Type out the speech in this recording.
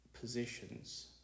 positions